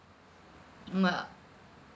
mm uh